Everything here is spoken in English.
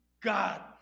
God